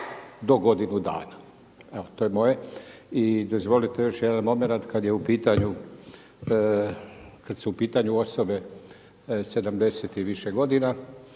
do godinu dana. Evo to je moje. I dozvolite još jedan momenat kad je u pitanju osobe 70 i više godina,